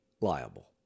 liable